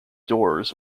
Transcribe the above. doors